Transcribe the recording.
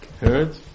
heard